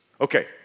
Okay